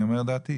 אני אומר את דעתי.